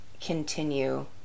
continue